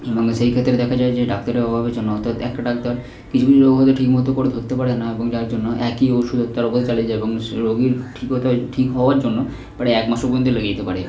এবং সেই ক্ষেত্রে দেখা যায় যে ডাক্তাররে অভাবের জন্য অত্থাত একটা ডাক্তার কিছু কিছু রোগ হয়তো ঠিক মতো করে ধরতে পারে না এবং যার জন্য একই ওষুধ এর তার ওপর চালিয়ে যায় এবং সে রোগীর ঠিক হতে ঠিক হওয়ার জন্য প্রায় এক মাসও পর্যন্ত লেগে যেতে পারে